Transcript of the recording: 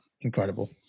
incredible